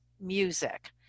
music